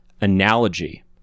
analogy